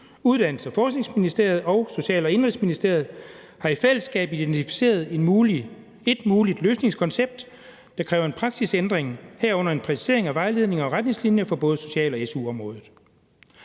Uddannelses- og Forskningsministeriet og Social- og Indenrigsministeriet har i fællesskab identificeret et muligt løsningskoncept, der kræver en praksisændring, herunder en præcisering af vejledninger og retningslinjer på både social- og SU-området.«